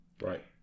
Right